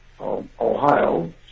Ohio